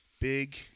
Big